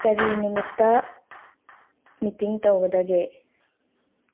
ꯀꯔꯤ ꯅꯨꯃꯤꯠꯇ ꯃꯤꯇꯤꯡ ꯇꯧꯒꯗꯒꯦ